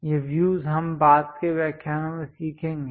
ये व्यूज हम बाद के व्याख्यानों में सीखेंगे